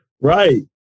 Right